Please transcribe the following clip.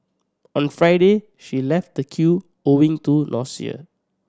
on Friday she left the queue owing to nausea